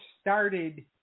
started